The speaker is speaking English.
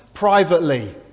privately